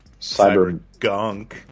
Cybergunk